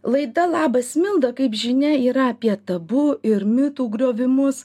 laida labas milda kaip žinia yra apie tabu ir mitų griovimus